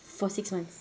for six months